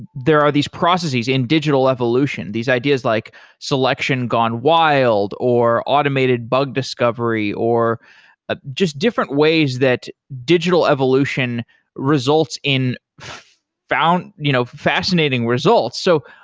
there are these processes in digital evolution, these ideas like selection gone wild, or automated bug discovery, or ah just different ways that digital evolution results in you know fascinating results. so,